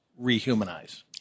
rehumanize